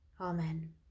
Amen